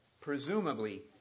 presumably